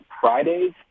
Fridays